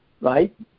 right